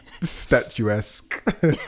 statuesque